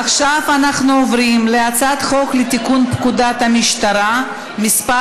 עכשיו אנחנו עוברים להצעת חוק לתיקון פקודת המשטרה (מס'